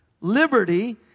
Liberty